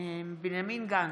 בנימין גנץ,